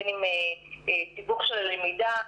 בין אם זה בתיווך של למידה.